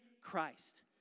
Christ